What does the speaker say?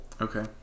Okay